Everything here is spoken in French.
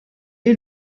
est